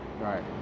Right